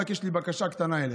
רק יש לי בקשה קטנה אליך: